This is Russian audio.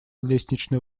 лестничную